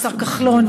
השר כחלון,